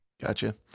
Gotcha